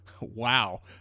Wow